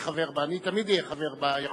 לא יכול